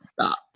Stop